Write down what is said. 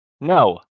No